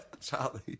Charlie